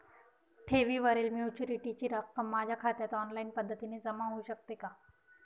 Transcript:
ठेवीवरील मॅच्युरिटीची रक्कम माझ्या खात्यात ऑनलाईन पद्धतीने जमा होऊ शकते का?